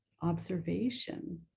observation